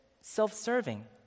self-serving